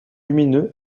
lumineux